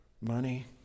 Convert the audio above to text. Money